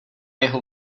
jeho